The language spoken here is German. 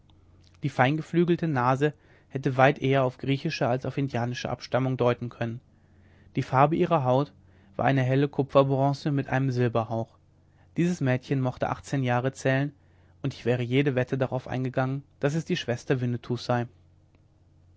die feingeflügelte nase hätte weit eher auf griechische als auf indianische abstammung deuten können die farbe ihrer haut war eine helle kupferbronze mit einem silberhauch dieses mädchen mochte achtzehn jahre zählen und ich wäre jede wette darauf eingegangen daß es die schwester winnetous sei